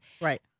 Right